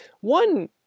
One